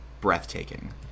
breathtaking